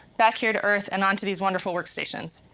back here to earth, and onto these wonderful work stations.